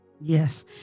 Yes